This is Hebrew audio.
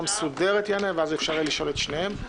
מסודרת יענה ואז אפשר יהיה לשאול את שניהם.